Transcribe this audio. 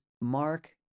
mark